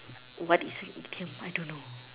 what is an idiom I don't know